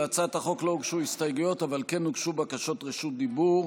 להצעת החוק לא הוגשו הסתייגויות אבל כן הוגשו בקשות רשות דיבור.